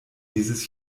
dieses